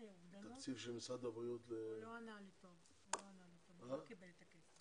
אני חושב שאילולא היית עומד בראש לא בטוח שהדברים האלה היו קורים.